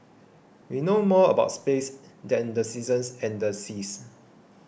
we know more about space than the seasons and the seas